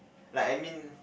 like I mean